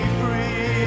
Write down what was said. free